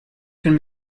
can